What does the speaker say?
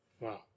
Wow